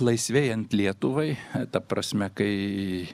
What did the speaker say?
laisvėjant lietuvai ta prasme kai